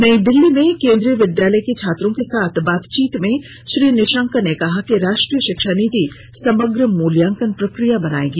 नई दिल्ली में केंद्रीय विद्यालय के छात्रों के साथ बातचीत में श्री निशंक ने कहा कि राष्ट्रीय शिक्षा नीति समग्र मूल्यांकन प्रक्रिया बनाएगी